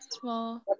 small